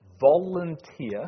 volunteer